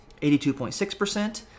82.6%